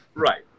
Right